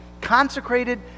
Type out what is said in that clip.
consecrated